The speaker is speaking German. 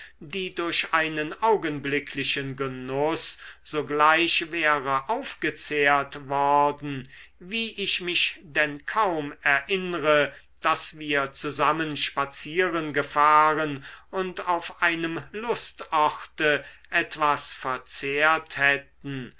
die durch einen augenblicklichen genuß sogleich wäre aufgezehrt worden wie ich mich denn kaum erinnre daß wir zusammen spazieren gefahren und auf einem lustorte etwas verzehrt hätten